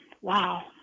Wow